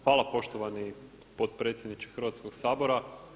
Hvala poštovani potpredsjedniče Hrvatskoga sabora.